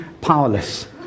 powerless